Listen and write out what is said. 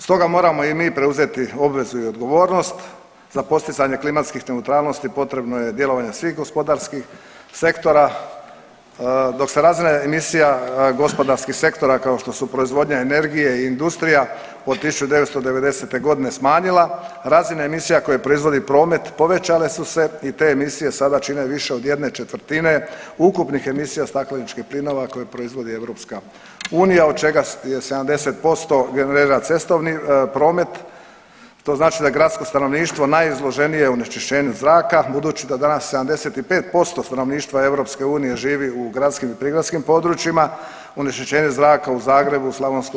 Stoga moramo i mi preuzeti obvezu i odgovornost za postizanje klimatskih neutralnosti potrebno je djelovanje svih gospodarskih sektora, dok se razina emisija gospodarskih sektora, kao što su proizvodnja energije i industrija, od 1990. g. smanjila, razina emisije koja proizvodi promet povećale su se i te emisije sada čine više od 1/4 ukupnih emisija stakleničkih plinova koje proizvodi EU, od čega je 70% generira cestovni promet, to znači da je gradsko stanovništvo najizloženije onečišćenju zraka budući da danas 75% stanovništva EU živi u gradskim i prigradskim područjima, onečišćenje zraka u Zagrebu, Sl.